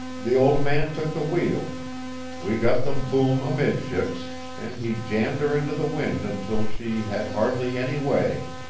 the old man took the wheel we got the boom amidships, and he jammed her into the wind until she had hardly any way.